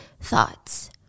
thoughts